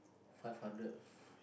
five hundred f~